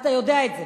ואתה יודע את זה.